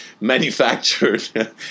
manufactured